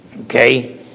Okay